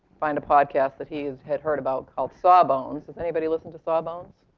find a podcast that he had heard about, called sawbones. has anybody listened to sawbones?